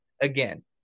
again